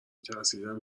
ترسیدم